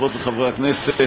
חברות וחברי הכנסת,